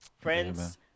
friends